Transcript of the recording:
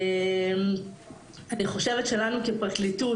אני חושבת שלנו כפרקליטות,